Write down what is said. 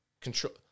control